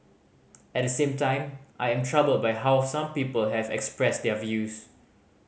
at the same time I am troubled by how some people have expressed their views